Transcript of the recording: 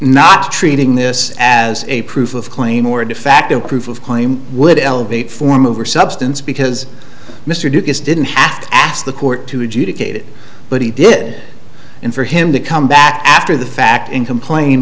not treating this as a proof of claim or de facto proof of claim would elevate form over substance because mr ducasse didn't have to ask the court to adjudicate it but he did in for him to come back after the fact in complain